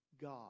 God